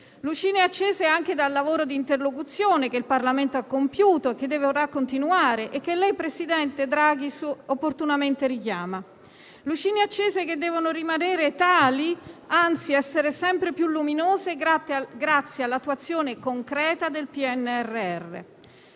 lucine accese anche dal lavoro di interlocuzione che il Parlamento ha compiuto, che dovrà continuare e che lei, signor presidente Draghi, opportunamente richiama. Sono lucine accese, che devono rimanere tali, anzi essere sempre più luminose, grazie all'attuazione concreta del PNRR.